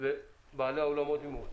ואילו בעלי האולמות מנגד.